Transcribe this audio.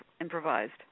improvised